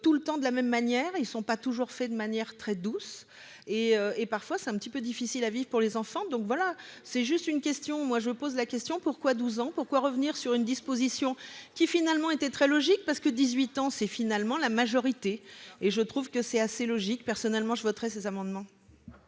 tout le temps de la même manière, ils sont pas toujours fait de manière très douce et et parfois, c'est un petit peu difficile à vivre pour les enfants, donc voilà, c'est juste une question moi je pose la question : pourquoi 12 ans pourquoi revenir sur une disposition qui finalement était très logique parce que 18 ans, c'est finalement la majorité et je trouve que c'est assez logique, personnellement, je voterai ces amendements.